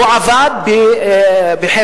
הוא עבד בחולה,